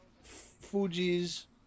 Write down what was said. Fuji's